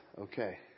Okay